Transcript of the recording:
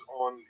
on